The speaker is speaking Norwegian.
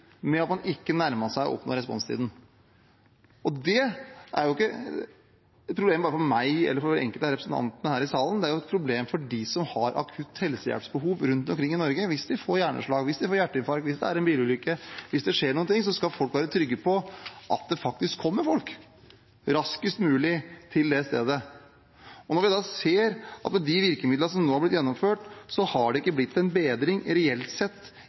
med at man ikke nærmet seg målet for responstid. Det er ikke et problem bare for meg eller enkelte av representantene her i salen – det er jo et problem for dem som har akutte helsehjelpsbehov rundt omkring i Norge. Hvis man får hjerneslag eller hjerteinfarkt, hvis det skjer en bilulykke eller noe annet, skal folk være trygge på at det kommer folk så raskt som mulig til ulykkesstedet. Når vi da ser at det med de virkemidlene som har blitt gjennomført, reelt sett ikke har blitt en bedring